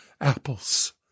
apples